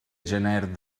gener